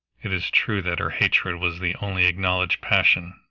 it is true that her hatred was the only acknowledged passion,